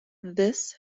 this